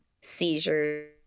seizures